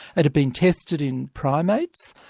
it had been tested in primates,